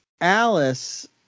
Alice